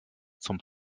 zum